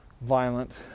violent